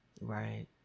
Right